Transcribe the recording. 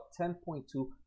10.2